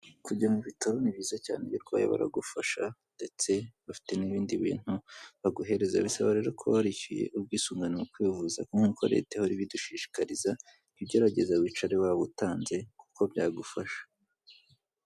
Kujya mu bitaro ni byiza cyane iyo urwaye baragufasha ndetse bafite n'ibindi bintu baguhereza, bisaba rero kuba warishyuye ubwisungane mu kwivuza nk'uko leta ihora ibidushishikariza, jya ugerageza wicare wabutanze kuko byagufasha.